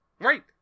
Right